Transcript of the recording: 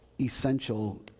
essential